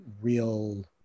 real